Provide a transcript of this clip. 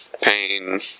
pain